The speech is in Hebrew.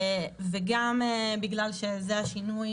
וגם בגלל שזה השינוי